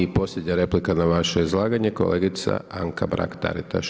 I posljednja replika na vaše izlaganje kolegica Anka Mrak Taritaš.